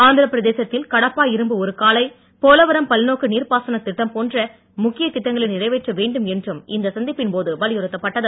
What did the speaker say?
ஆந்திரபிரதேசத்தில் கடப்பா இரும்பு உருக்காலை போலவரம் பல்நோக்கு நீர்ப்பாசனத் திட்டம் போன்ற முக்கியத் திட்டங்களை நிறைவேற்ற வேண்டும் என்றும் இந்த சந்திப்பின் போது வலியுறுத்தப்பட்டது